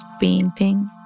painting